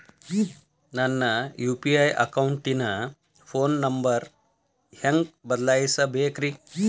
ನನ್ನ ಯು.ಪಿ.ಐ ಅಕೌಂಟಿನ phone number ಹೆಂಗ್ ಬದಲಾಯಿಸ ಬೇಕ್ರಿ?